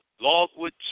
logwood